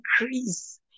increase